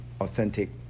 authentic